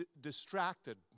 distracted